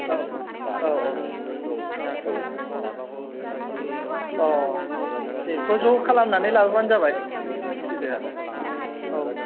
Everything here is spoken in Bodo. औ औ औ औ औ बेखौ ज' खालामनानै लाबोबानो जाबाय जेखि जाया औ